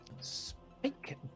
Spike